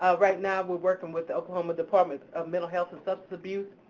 ah right now we're working with the oklahoma department ah mental health and substance abuse.